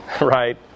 right